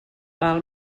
val